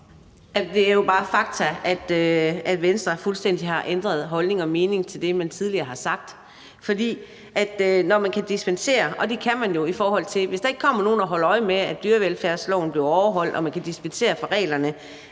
det er jo bare et faktum, at Venstre fuldstændig har ændret holdning til og mening om det, man tidligere har sagt i forhold til at dispensere – og det kan man jo – altså hvis der ikke kommer nogen og holder øje med, at dyrevelfærdsloven bliver overholdt, og man kan dispensere fra reglerne.